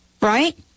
Right